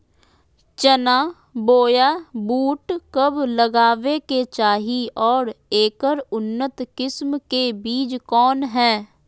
चना बोया बुट कब लगावे के चाही और ऐकर उन्नत किस्म के बिज कौन है?